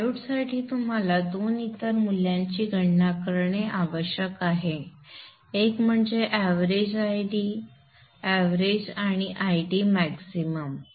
डायोडसाठी तुम्हाला दोन इतर मूल्यांची गणना करणे आवश्यक आहे एक म्हणजे एवरेज Id एवरेज आणि Id मॅक्सिमम